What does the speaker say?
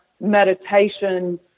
meditation